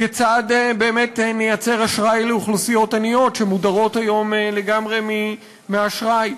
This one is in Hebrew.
כיצד באמת נייצר אשראי לאוכלוסיות עניות שמודרות היום לגמרי מאשראי?